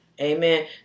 Amen